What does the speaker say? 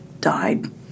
died